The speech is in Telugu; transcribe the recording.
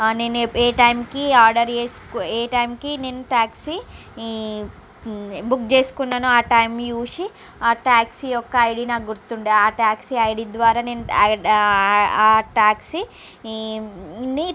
ఆ నేను ఏ టైమ్ కి ఆర్డర్ చేసుకు ఏ టైమ్ కి నేను టాక్సీ ఈ బుక్ చేసుకున్నానో ఆ టైమ్ చూసి ఆ టాక్సీ యొక్క ఐడీ నాకు గుర్తుండే ఆ టాక్సీ ఐడీ ద్వారా నేను ఆ ఆ టాక్సీ ఇమ్ ని